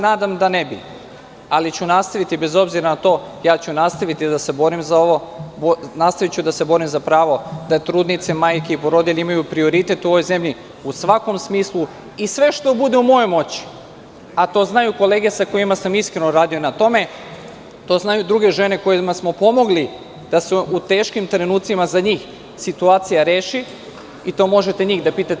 Nadam se da ne bi, ali ću nastaviti, bez obzira na to, da se borim za ovo, da se borim za pravo da trudnice, majke i porodilje imaju prioritet u ovoj zemlji u svakom smislu i sve što bude u mojoj moći, a to znaju kolege sa kojima sam iskreno radio na tome, to znaju druge žene kojima smo pomogli da se u teškim trenucima za njih situacija reši i to možete njih da pitate.